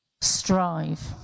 strive